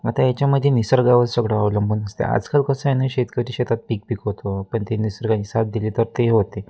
मग आता याच्यामध्ये निसर्गावर सगळं अवलंबून असते आजकाल कसं आहे ना शेतकरी शेतात पीक पिकवतो पण ते निसर्गाने साथ दिली तर ते होते